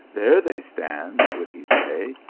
there they stand, would he say,